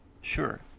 sure